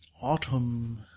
Autumn